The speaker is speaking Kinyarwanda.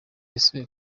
yasuye